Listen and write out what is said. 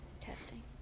Testing